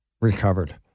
recovered